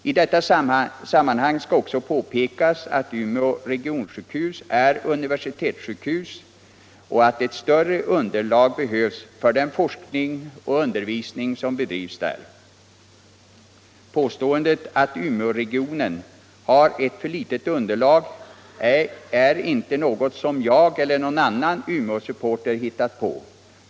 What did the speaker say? I detta sammanhang skall också påpekas att Umeå regionsjukhus är universitetssjukhus och att ett större underlag behövs för den forskning och undervisning som bedrivs där. Påståendet att Umeåregionen har ett för litet underlag är inte något som jag eller någon annan Umeåsupporter hittat på.